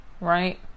Right